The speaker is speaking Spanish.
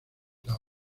las